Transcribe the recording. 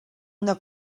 una